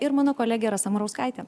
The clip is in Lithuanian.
ir mano kolegė rasa murauskaitė